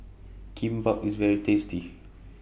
Kimbap IS very tasty